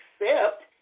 accept